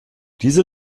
diese